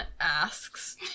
asks